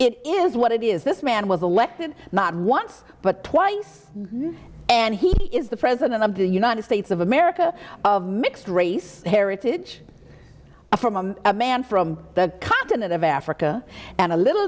it is what it is this man was elected not once but twice and he is the president of the united states of america of mixed race heritage from a man from the continent of africa and a little